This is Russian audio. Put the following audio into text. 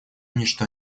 ничто